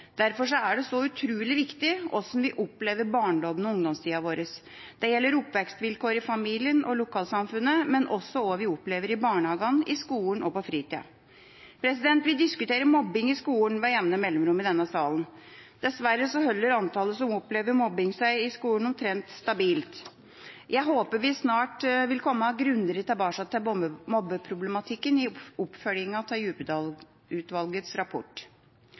Derfor er det så utrolig viktig hvordan vi opplever barndommen og ungdomstida vår. Det gjelder oppvekstvilkår i familien og lokalsamfunnet, men også hva vi opplever i barnehagen, i skolen og på fritida. Vi diskuterer mobbing i skolen med jevne mellomrom i denne salen. Dessverre holder antallet som opplever mobbing i skolen, seg omtrent stabilt. Jeg håper vi snart vil komme grundigere tilbake til mobbeproblematikken i oppfølgingen av Djupedal-utvalgets rapport.